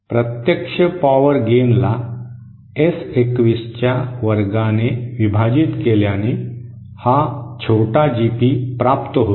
प्रत्यक्ष पॉवर गेनला एस 21 च्या वर्गाने विभाजित केल्याने हा छोटा जीपी प्राप्त होतो